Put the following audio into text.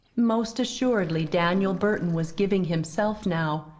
most assuredly daniel burton was giving himself now,